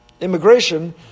immigration